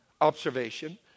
observation